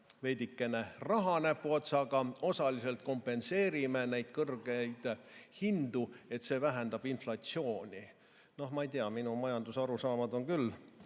veidikene, näpuotsaga raha, osaliselt kompenseerime neid kõrgeid hindu, vähendab inflatsiooni. No ma ei tea, minu majandusarusaamad on küll